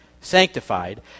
sanctified